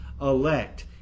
elect